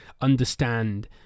understand